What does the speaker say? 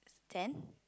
ten